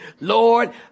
Lord